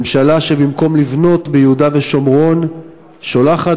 ממשלה שבמקום לבנות ביהודה ושומרון שולחת